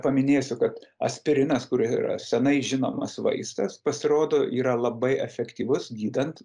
paminėsiu kad aspirinas kur yra seniai žinomas vaistas pasirodo yra labai efektyvus gydant